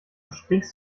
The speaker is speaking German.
stinkst